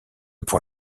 pour